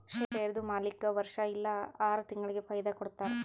ಶೇರ್ದು ಮಾಲೀಕ್ಗಾ ವರ್ಷಾ ಇಲ್ಲಾ ಆರ ತಿಂಗುಳಿಗ ಫೈದಾ ಕೊಡ್ತಾರ್